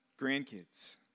grandkids